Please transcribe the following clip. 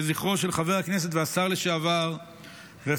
לזכרו של חבר הכנסת והשר לשעבר רפאל,